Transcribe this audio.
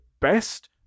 best